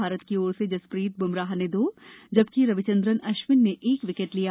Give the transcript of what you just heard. भारत की ओर से जसप्रीत बुमराह ने दो जबकि रविचंद्रन अश्विन ने एक विकेट लिया